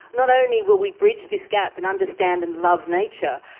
not only will we bridge this gap and understand and love nature,